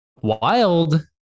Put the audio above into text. Wild